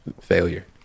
failure